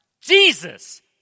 Jesus